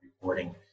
reporting